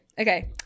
okay